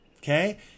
okay